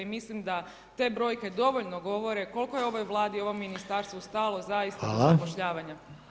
I mislim da te brojke dovoljno govore koliko je ovoj Vladi, ovom Ministarstvu stalo zaista do zapošljavanja.